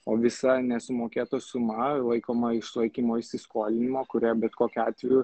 o visa nesumokėta suma laikoma išlaikymo įsiskolinimu kurią bet kokiu atveju